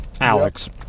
Alex